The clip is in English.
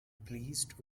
pleased